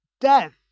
death